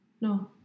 no